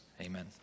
Amen